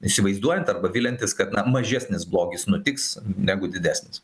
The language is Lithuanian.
įsivaizduojant arba viliantis kad na mažesnis blogis nutiks negu didesnis